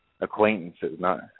acquaintances—not